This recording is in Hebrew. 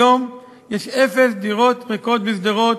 היום יש אפס דירות ריקות בשדרות.